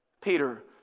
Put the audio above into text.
Peter